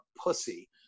pussy